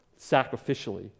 sacrificially